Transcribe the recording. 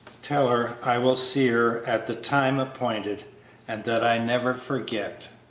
tell her i will see her at the time appointed and that i never forget!